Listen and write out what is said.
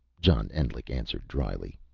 john endlich answered dryly.